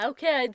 Okay